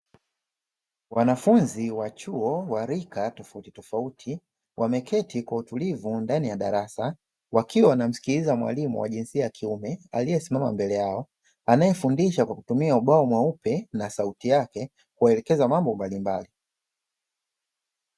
Wanafunzi wa chuo wa rika tofauti tofauti, wameketi kwa utulivu ndani ya darasa, wakiwa wanamsikiliza mwalimu wa jinsia ya kiume, aliyesimama mbele yao, anayefundisha kwa kutumia ubao mweupe na sauti yake kuelekeza mambo mbalimbali.